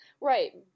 Right